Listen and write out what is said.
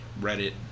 Reddit